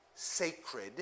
sacred